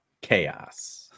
chaos